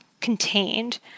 contained